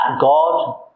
God